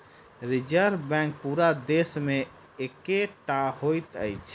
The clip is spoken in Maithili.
रिजर्व बैंक पूरा देश मे एकै टा होइत अछि